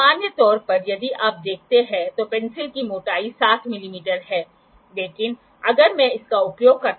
मान लीजिए कि आप चाहते हैं कि यह 5 डिग्री अतिरिक्त हो जो आपके पास हो